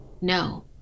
No